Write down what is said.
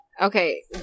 Okay